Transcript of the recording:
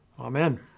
Amen